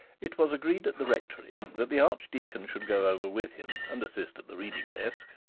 it was agreed at the rectory that the archdeacon should go over with him and assist at the reading-desk,